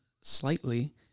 slightly